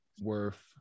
worth